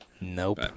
Nope